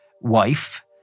wife